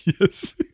Yes